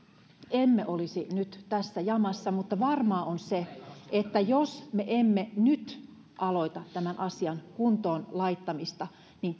emme olisi nyt tässä jamassa mutta varmaa on se että jos me emme nyt aloita tämän asian kuntoon laittamista niin